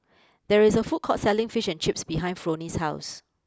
there is a food court selling Fish and Chips behind Fronie's house